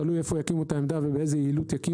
תלוי איפה יקימו את העמדה ובאיזה יעילות.